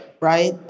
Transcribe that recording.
right